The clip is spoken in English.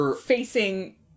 facing